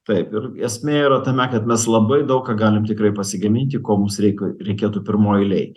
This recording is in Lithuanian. taip ir esmė yra tame kad mes labai daug ką galim tikrai pasigaminti ko mums reika reikėtų pirmoj eilėj